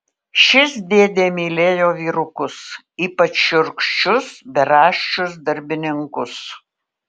šis dėdė mylėjo vyrukus ypač šiurkščius beraščius darbininkus